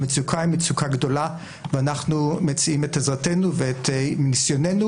המצוקה היא מצוקה גדולה ואנחנו מציעים את עזרתנו ואת ניסיוננו,